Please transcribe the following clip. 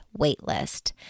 waitlist